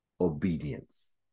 obedience